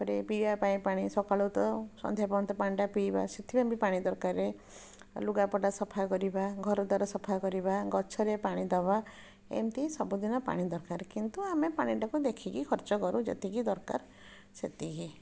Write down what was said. ତା'ପରେ ପିଇବା ପାଇଁ ପାଣି ସକାଳୁ ତ ସନ୍ଧ୍ୟା ପର୍ଯ୍ୟନ୍ତ ପାଣିଟା ପିଇବା ସେଥିପାଇଁ ବି ପାଣି ଦରକାର ଆଉ ଲୁଗାପଟା ସଫା କରିବା ଘରଦ୍ଵାର ସଫା କରିବା ଗଛରେ ପାଣି ଦେବା ଏମିତି ସବୁଦିନ ପାଣି ଦରକାର କିନ୍ତୁ ଆମେ ପାଣିଟାକୁ ଦେଖିକି ଖର୍ଚ୍ଚ କରୁ ଯେତିକି ଦରକାର ସେତିକି